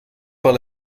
par